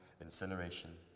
incineration